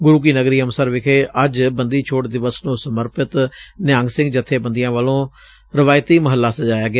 ਗੁਰੂ ਕੀ ਨਗਰੀ ਅੰਮ੍ਤਿਤਸਰ ਵਿਖੇ ਅੱਜ ਬੰਦੀਛੋੜ ਦਿਵਸ ਨੂੰ ਸਮਰਪਿਤ ਨਿਹੰਗ ਸਿੰਘ ਜਥੇਬੰਦੀਆਂ ਵੱਲੋਂ ਰਵਾਇਤੀ ਮਹੱਲਾ ਸਜਾਇਆ ਗਿਆ